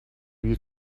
you